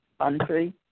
country